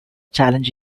challenge